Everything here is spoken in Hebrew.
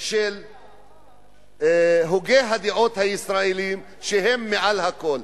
של הוגי הדעות הישראליים שהם מעל הכול.